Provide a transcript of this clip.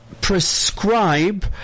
Prescribe